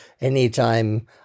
anytime